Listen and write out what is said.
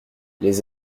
les